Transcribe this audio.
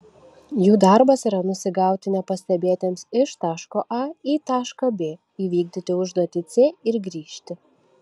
jų darbas yra nusigauti nepastebėtiems iš taško a į tašką b įvykdyti užduotį c ir grįžti